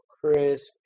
crisp